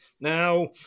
Now